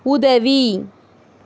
உதவி